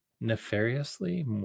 nefariously